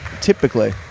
typically